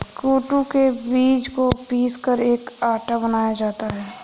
कूटू के बीज को पीसकर एक आटा बनाया जाता है